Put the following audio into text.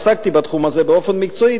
עסקתי בתחום הזה באופן מקצועי,